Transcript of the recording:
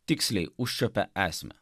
tiksliai užčiuopė esmę